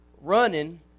running